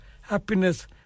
happiness